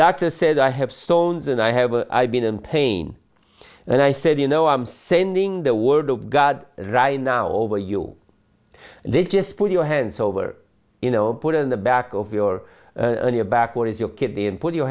doctor said i have stones and i have been in pain and i said you know i'm sending the word of god right now over you they just put your hands over you know put it in the back of your on your back or if your kid in put your